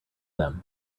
them